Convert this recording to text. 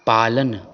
पालन